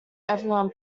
everyone